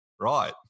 right